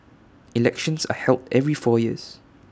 elections are held every four years